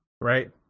right